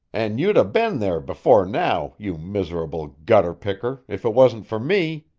and you'd a been there before now, you miserable gutter-picker, if it wasn't for me.